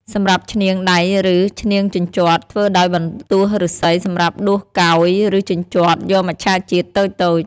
សម្រាប់ឈ្នាងដៃឬ ឈ្នាងជញ្ជាត់ ធ្វើដោយបន្ទោះឫស្សីសម្រាប់ដួសកោយ ឬជញ្ជាត់ យកមច្ឆជាតិតូចៗ។